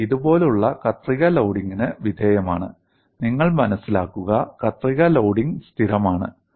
ഇത് ഇതുപോലുള്ള കത്രിക ലോഡിംഗിന് വിധേയമാണ് നിങ്ങൾ മനസിലാക്കുക കത്രിക ലോഡിംഗ് സ്ഥിരമാണ്